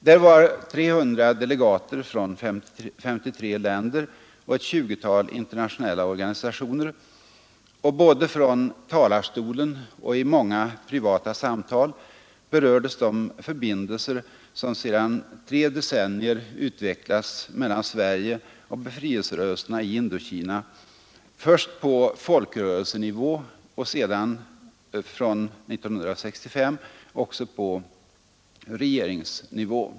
Där var 300 delegater från 53 länder och ett 20-tal internationella organisationer, och både från talarstolen och i många privata samtal berördes de goda förbindelser som sedan tre decennier har utvecklats mellan Sverige och befrielserörelserna i Indokina, först på folkrörelsenivå och sedan 1965 också på regeringsnivå.